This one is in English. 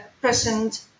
present